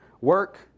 Work